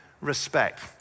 respect